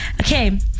Okay